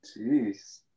Jeez